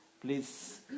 Please